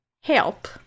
help